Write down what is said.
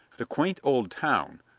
the quaint old town,